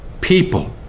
people